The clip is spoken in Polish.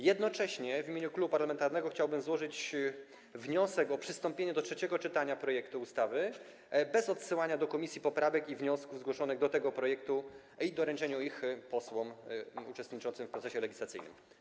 Jednocześnie w imieniu klubu parlamentarnego chciałbym złożyć wniosek o przystąpienie do trzeciego czytania projektu ustawy bez odsyłania do komisji poprawek i wniosków zgłoszonych do tego projektu i po doręczeniu ich posłom uczestniczącym w procesie legislacyjnym.